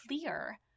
clear